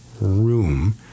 room